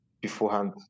beforehand